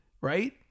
right